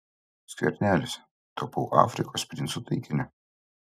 skvernelis tapau afrikos princų taikiniu